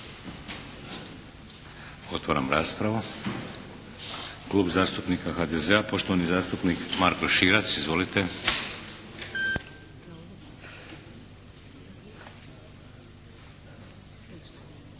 Otvaram raspravu. Klub zastupnika HDZ-a poštovani zastupnik Marko Širac. Izvolite. **Širac,